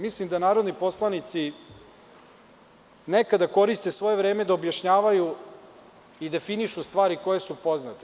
Mislim da narodni poslanici nekada koriste svoje vreme da objašnjavaju i definišu stvari koje su poznate.